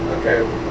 Okay